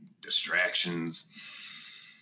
distractions